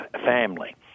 family